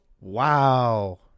Wow